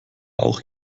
auch